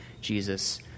Jesus